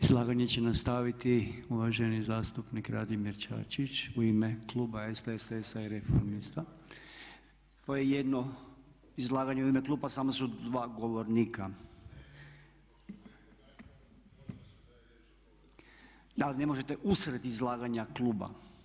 Izlaganje će nastaviti uvaženi zastupnik Radimir Čačić u ime kluba SDSS-a i Reformista. … [[Upadica se ne čuje.]] To je jedno izlaganje u ime kluba samo su dva govornika. … [[Upadica se ne čuje.]] Da, ali ne možete usred izlaganja kluba.